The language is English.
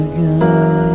Again